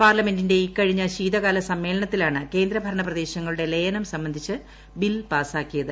പാർലമെന്റിന്റെ ഇക്കഴിഞ്ഞ ശീതകാല സമ്മേളനത്തിലാണ് കേന്ദ്രഭരണ പ്രദേശങ്ങളുടെ ലയനം മെച്ചപ്പെട്ട സംബന്ധിച്ച് പാസ്സാക്കിയത്